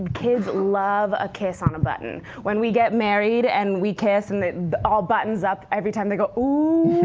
kids love a kiss on a button. when we get married, and we kiss, and it all buttons up, every time, they go ooh.